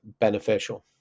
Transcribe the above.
beneficial